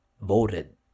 voted